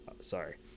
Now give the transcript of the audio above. sorry